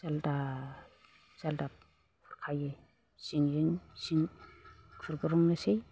जाल्दाब जाल्दाब खुरखायो सिंजों सिं खुरग्रोनोसै